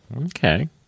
okay